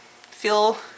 feel